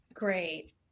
Great